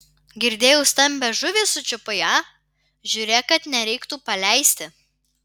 girdėjau stambią žuvį sučiupai a žiūrėk kad nereiktų paleisti